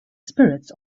spirits